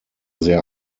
sehr